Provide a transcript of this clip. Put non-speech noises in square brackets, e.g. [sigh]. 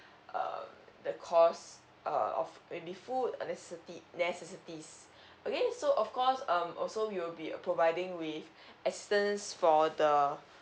um the cost err of maybe food uh necessiti~ necessities [breath] okay so of course um also we will be providing with [breath] assistance for the